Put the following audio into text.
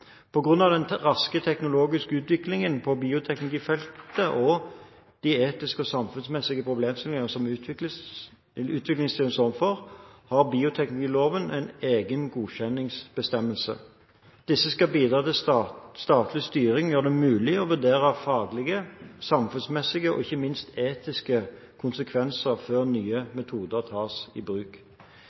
den raske teknologiske utviklingen på bioteknologifeltet og de etiske og samfunnsmessige problemstillingene som utviklingen stiller oss overfor, har bioteknologiloven egne godkjenningsbestemmelser. Disse skal bidra til statlig styring og gjør det mulig å vurdere faglige, samfunnsmessige og ikke minst etiske konsekvenser før nye metoder tas i bruk.